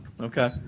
Okay